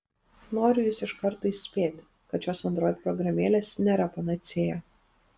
noriu jus iš karto įspėti kad šios android programėlės nėra panacėja